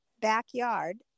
backyard